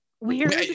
weird